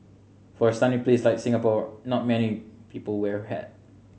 for a sunny place like Singapore not many people wear a hat